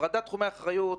והפרדת תחומי האחריות